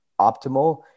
optimal